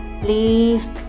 Please